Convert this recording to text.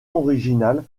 originale